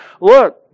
look